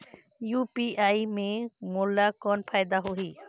UPI से मोला कौन फायदा होही?